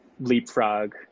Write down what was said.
leapfrog